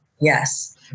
Yes